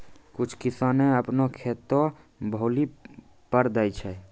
कुछ किसाने अपनो खेतो भौली पर दै छै